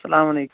اَسلامُ عَلیکُم